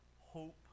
Hope